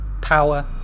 power